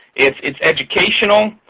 it's it's educational.